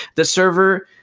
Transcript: the server,